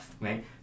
right